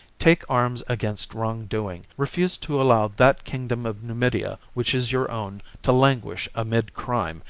take arms against wrong-doing, refuse to allow that kingdom of numidia, which is your own, to languish amid crime,